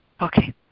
Okay